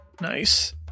Nice